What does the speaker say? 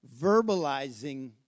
verbalizing